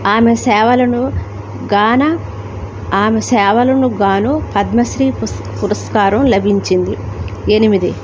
ఆమె సేవలను గాన ఆమె సేవలకుగాను పద్మశ్రీ పుస్ పురస్కారం లభించింది ఎనిమిది